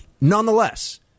Nonetheless